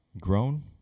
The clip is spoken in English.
grown